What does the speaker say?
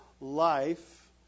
life